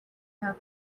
her